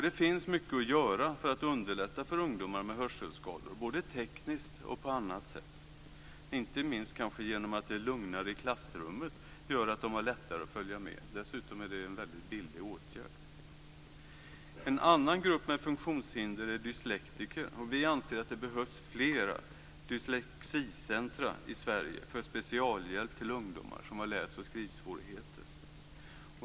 Det finns mycket att göra för att underlätta för ungdomar med hörselskador, både tekniskt och på annat sätt. Inte minst har de lättare att följa med i klassrummet om det är lugnare i klassrummet. Dessutom är det en väldigt billig åtgärd. En annan grupp med funktionshinder är dyslektiker. Vi anser att det behövs fler dyslexicentrum i Sverige för specialhjälp till ungdomar som har läsoch skrivsvårigheter.